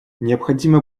необходимо